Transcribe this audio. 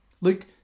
Luke